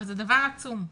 אבל זה דבר עצום.